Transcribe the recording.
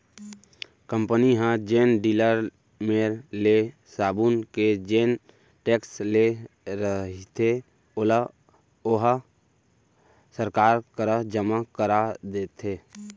company ह जेन dealer मेर ले साबून के जेन टेक्स ले रहिथे ओला ओहा सरकार करा जमा करा देथे